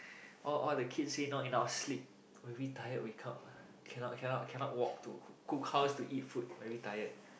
all all the kids said not enough sleep very tired wake up ah cannot cannot cannot walk to co~ cook house to eat food very tired